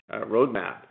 roadmap